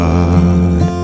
God